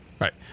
Right